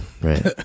right